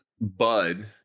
Bud